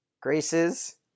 Grace's